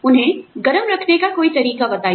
उन्हें गर्म रखने का कोई तरीका बताइए